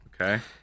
okay